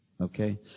Okay